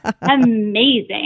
amazing